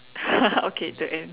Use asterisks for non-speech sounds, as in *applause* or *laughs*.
*laughs* okay the end